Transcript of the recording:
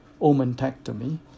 omentectomy